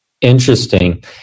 Interesting